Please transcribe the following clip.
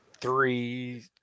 three